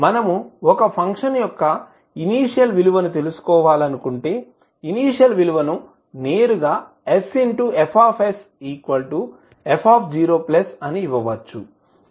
మనము ఒక ఫంక్షన్ యొక్క ఇనీషియల్ విలువను తెలుసుకోవాలనుకుంటే ఇనీషియల్ విలువను నేరుగాsFsf0 ఇవ్వవచ్చు